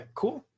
cool